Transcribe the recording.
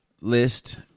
list